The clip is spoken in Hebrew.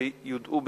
שיודעו בציבור.